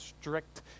strict